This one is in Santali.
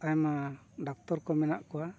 ᱟᱭᱢᱟ ᱰᱟᱠᱛᱚᱨ ᱠᱚ ᱢᱮᱱᱟᱜ ᱠᱚᱣᱟ